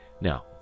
now